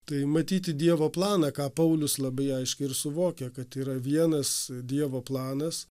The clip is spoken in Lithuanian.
tai matyti dievo planą ką paulius labai aiškiai ir suvokė kad yra vienas dievo planas